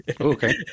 okay